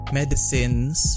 medicines